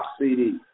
CD